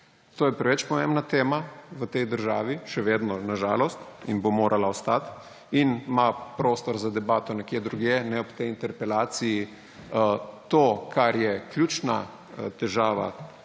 To je preveč pomembna tema v tej državi, še vedno, na žalost in bo morala ostati, in ima prostor za debato nekje drugje, ne ob tej interpelaciji. To, kar je ključna težava